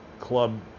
club